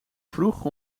vroeg